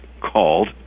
called